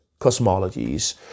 cosmologies